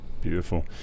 beautiful